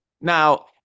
Now